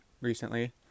recently